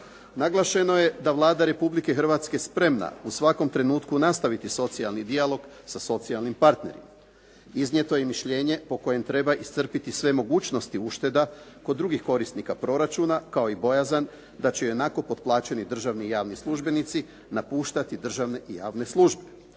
Naglašeno je da je Vlada Republike Hrvatske spremna u svakom trenutku nastaviti socijalni dijalog sa socijalnim partnerima. Iznijeto je i mišljenje po kojem treba iscrpiti sve mogućnosti ušteda kod drugih korisnika proračuna kao i bojazan da će ionako potplaćeni državni javni službenici napuštati državne i javne službe.